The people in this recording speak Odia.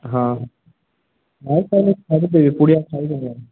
ହଁ ନାଇଁ ସାର୍ ଛାଡ଼ି ଦେବି ପୁଡ଼ିଆ ଖାଇବିନି ଆଉ